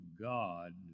god